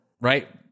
right